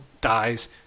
dies